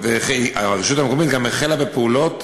והרשות המקומית גם החלה בפעולות